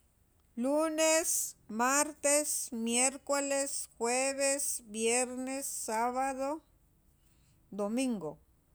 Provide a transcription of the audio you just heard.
lunes, martes, miércoles, jueves, viernes, sábado, domingo